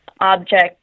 object